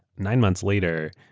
nine months later,